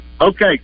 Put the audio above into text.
Okay